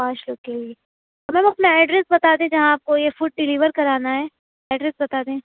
پانچ لوگ کے لیے میم اپنا ایڈریس بتا دیں جہاں آپ کو یہ فوڈ ڈلیور کرانا ہے ایڈریس بتا دیں